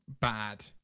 bad